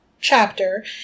chapter